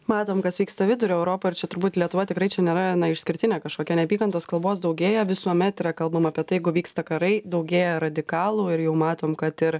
matom kas vyksta vidurio europoj ir čia turbūt lietuva tikrai čia nėra išskirtinė kažkokia neapykantos kalbos daugėja visuomet yra kalbama apie tai jeigu vyksta karai daugėja radikalų ir jau matom kad ir